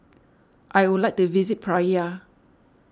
I would like to visit Praia